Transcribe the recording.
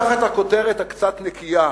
תחת הכותרת הקצת נקייה